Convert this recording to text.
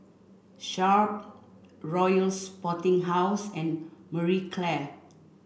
Sharp Royal Sporting House and Marie Claire